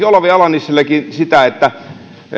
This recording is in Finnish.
olavi ala nissilä taisi ennakoida että